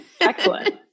Excellent